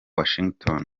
washington